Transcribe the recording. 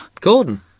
Gordon